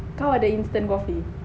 kau ada instant coffee